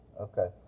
Okay